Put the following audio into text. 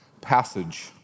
passage